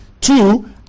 Two